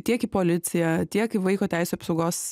tiek į policiją tiek į vaiko teisių apsaugos